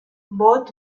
both